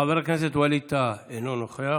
חבר הכנסת ווליד טאהא, אינו נוכח.